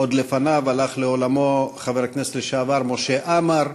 עוד לפניו הלך לעולמו חבר הכנסת לשעבר משה עמאר.